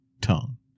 tongue